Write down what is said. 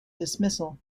dismissal